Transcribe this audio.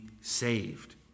saved